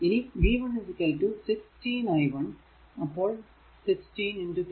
ഇനി v 1 16 i 1 അപ്പോൾ 16 3